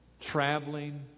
traveling